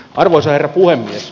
arvoisa herra puhemies